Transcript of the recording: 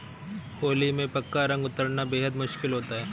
होली में पक्का रंग उतरना बेहद मुश्किल होता है